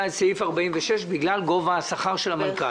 על פי סעיף 46 בגלל גובה השכר של המנכ"ל?